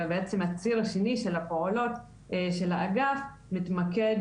ובעצם הציר השני של הפעולות של האגף מתמקד